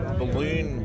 balloon